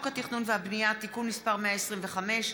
(תיקון מס' 3),